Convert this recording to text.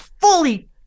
fully